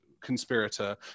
conspirator